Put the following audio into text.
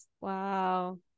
Wow